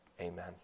Amen